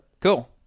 Cool